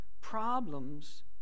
problems